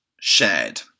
Shared